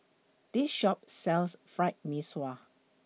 This Shop sells Fried Mee Sua